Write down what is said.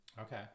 Okay